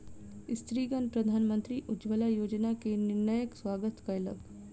स्त्रीगण प्रधानमंत्री उज्ज्वला योजना के निर्णयक स्वागत कयलक